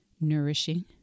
nourishing